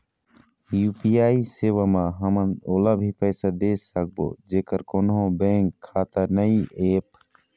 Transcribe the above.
UPI सेवा म हमन ओला भी पैसा दे सकबो जेकर कोन्हो बैंक खाता नई ऐप?